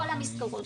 כל המסגרות.